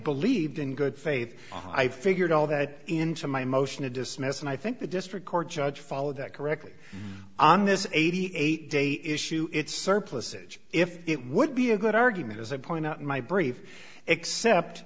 believed in good faith i figured all that into my motion to dismiss and i think the district court judge followed that correctly on this eighty eight day issue it's surplusage if it would be a good argument as i point out in my brief except